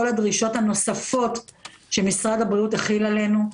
הדרישות הנוספות שמשרד הבריאות החיל עלינו.